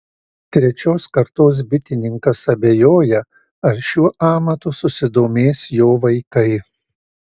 trečios kartos bitininkas abejoja ar šiuo amatu susidomės jo vaikai